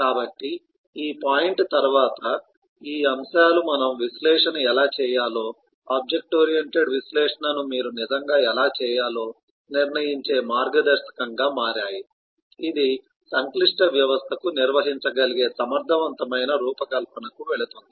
కాబట్టి ఈ పాయింట్ తరువాత ఈ అంశాలు మనము విశ్లేషణను ఎలా చేయాలో ఆబ్జెక్ట్ ఓరియెంటెడ్ విశ్లేషణను మీరు నిజంగా ఎలా చేయాలో నిర్ణయించే మార్గదర్శకంగా మారాయి ఇది సంక్లిష్ట వ్యవస్థకు నిర్వహించగలిగే సమర్థవంతమైన రూపకల్పనకు వెళుతుంది